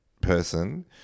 person